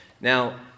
Now